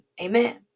amen